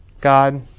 God